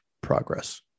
progress